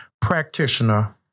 practitioner